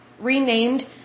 renamed